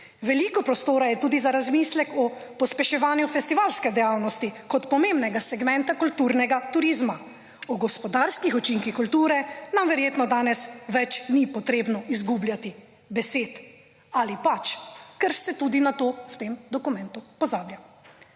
Veliko prostora je tudi za razmislek o pospeševanju festivalske dejavnosti kot pomembnega segmenta kulturnega turizma, o gospodarskih učinkih kulture nam verjetno danes več ni potrebno izgubljati besed ali pač, ker se tudi na to v tem dokumentu pozablja.